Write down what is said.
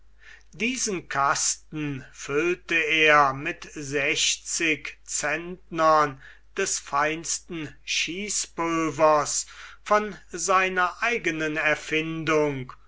diesen kasten füllte er mit sechzig centnern des feinsten schießpulvers von seiner eigenen erfindung